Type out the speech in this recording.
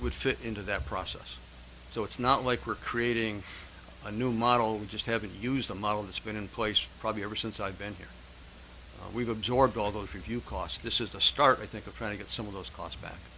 would fit into that process so it's not like we're creating a new model we just haven't used the model that's been in place probably ever since i've been here we've absorbed all those review costs this is the start i think of trying to get some of those costs back